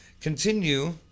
continue